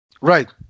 Right